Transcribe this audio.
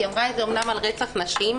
היא אמרה את זה אומנם על רצח נשים.